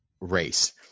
race